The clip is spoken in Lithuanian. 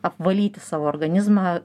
apvalyti savo organizmą